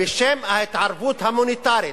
בשם ההתערבות הומניטרית.